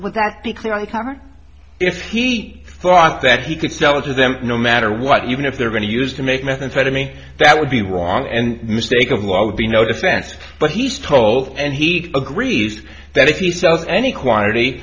would that be clear on the cover if he thought that he could sell it to them no matter what even if they're going to use to make methamphetamine that would be wrong and mistake of law would be no defense but he's told and he agrees that if he sells any quantity